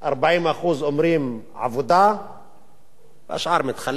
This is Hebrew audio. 40% אומרים עבודה והשאר מתחלק.